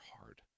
hard